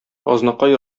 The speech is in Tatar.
азнакай